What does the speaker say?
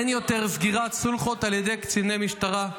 אין יותר סגירת סולחות על ידי קציני משטרה,